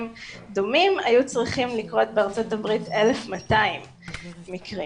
דומים היו צריכים לקרות בארה"ב 1,200 מקרים.